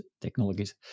technologies